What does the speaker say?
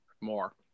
more